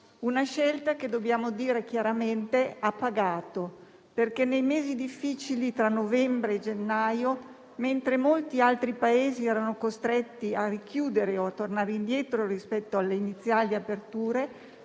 Una scelta che - dobbiamo dirlo chiaramente - ha pagato, perché, nei mesi difficili tra novembre e gennaio, mentre molti altri Paesi erano costretti a richiudere o a tornare indietro rispetto alle iniziali aperture,